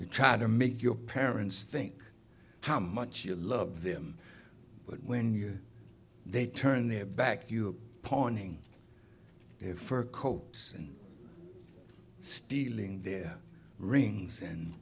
you try to make your parents think how much you love them but when your they turn their back you are pointing their fur coats and stealing their rings and